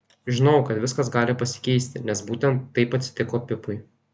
žinojau kad viskas gali pasikeisti nes būtent taip atsitiko pipui